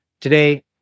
Today